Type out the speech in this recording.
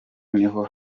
niho